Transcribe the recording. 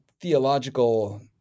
theological